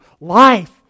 life